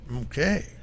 Okay